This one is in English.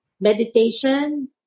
meditation